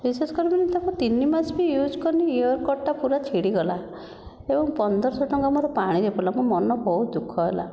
ବିଶ୍ୱାସ କରିବନି ତାକୁ ତିନି ମାସ ବି ୟୁଜ କରିନି ଇଅର କର୍ଡଟା ପୁରା ଛିଡ଼ିଗଲା ତେଣୁ ପନ୍ଦର ଶହ ଟଙ୍କା ମୋ'ର ପାଣିରେ ଗଲା ମୋ'ର ମନ ବହୁତ ଦୁଃଖ ହେଲା